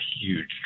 huge